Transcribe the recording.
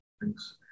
Thanks